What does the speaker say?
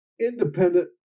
independent